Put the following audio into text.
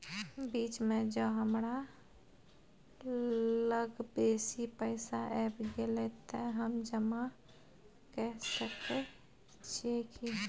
बीच म ज हमरा लग बेसी पैसा ऐब गेले त हम जमा के सके छिए की?